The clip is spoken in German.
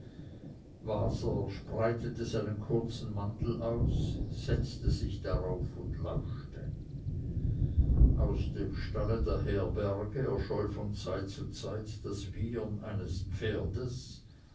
waser spreitete seinen kurzen mantel aus setzte sich darauf und lauschte aus dem stalle der herberge erscholl von zeit zu zeit das wiehern eines pferdes